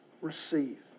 receive